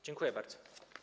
Dziękuję bardzo.